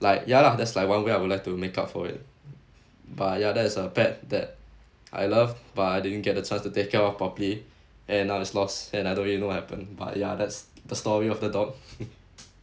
like ya lah that's like one way I would like to make up for it but ya that is a pet that I love but I didn't get a chance to take care of properly and I was lost and I don't really know happen but ya that's the story of the dog